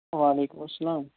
وعلیکُم اسلام